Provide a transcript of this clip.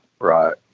Right